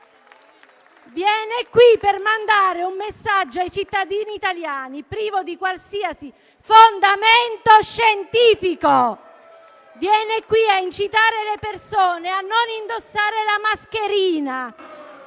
Viene qui per mandare un messaggio ai cittadini italiani, privo di qualsiasi fondamento scientifico. *(Proteste)*. Viene qui ad incitare le persone a non indossare la mascherina